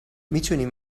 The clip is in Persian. میتوانیم